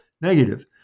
negative